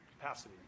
capacity